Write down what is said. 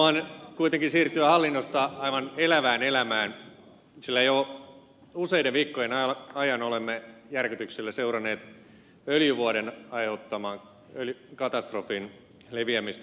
haluan kuitenkin siirtyä hallinnosta aivan elävään elämään sillä jo useiden viikkojen ajan olemme järkytyksellä seuranneet öljyvuodon aiheuttaman katastrofin leviämistä meksikonlahdella